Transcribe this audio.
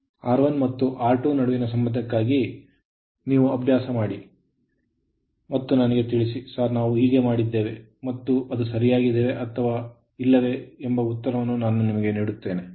ಮತ್ತು R1 ಮತ್ತು R2ನಡುವಿನ ಸಂಬಂಧಕ್ಕಾಗಿ ಅದನ್ನು ವ್ಯಾಯಾಮವಾಗಿ ತೆಗೆದುಕೊಳ್ಳಿ ಮತ್ತು forum ವೇದಿಕೆಯಲ್ಲಿ ಇರಿಸಿ ಮತ್ತು ನನಗೆ ಹೇಳಿ ಸರ್ ನಾವು ಈ ರೀತಿ ಮಾಡುತ್ತಿದ್ದೇವೆ ಮತ್ತು ಅದು ಸರಿಯಾಗಿದೆಯೇ ಅಥವಾ ಇಲ್ಲವೇ ಎಂಬ ಉತ್ತರವನ್ನು ನಾನು ನಿಮಗೆ ನೀಡುತ್ತೇನೆ